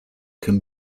can